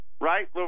right